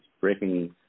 breaking